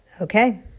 Okay